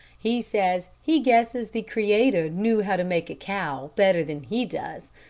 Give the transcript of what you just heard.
he says he guesses the creator knew how to make a cow better than he does.